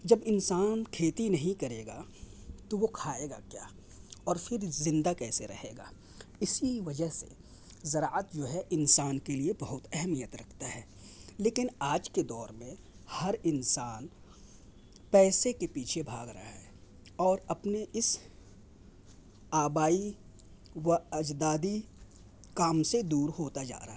جب انسان کھیتی نہیں کرے گا تو وہ کھائے گا کیا اور پھر زندہ کیسے رہے گا اسی وجہ سے زراعت جو ہے انسان کے لیے بہت اہمیت رکھتا ہے لیکن آج کے دور میں ہر انسان پیسے کے پیچھے بھاگ رہا ہے اور اپںے اس آبائی و اجدادی کام سے دور ہوتا جا رہا ہے